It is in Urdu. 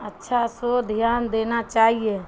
اچھا سے دھیان دینا چاہیے